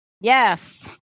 Yes